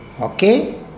Okay